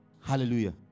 Hallelujah